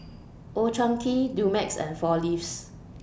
Old Chang Kee Dumex and four Leaves